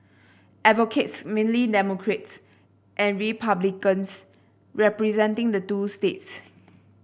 advocates mainly Democrats and Republicans representing the two states